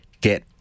get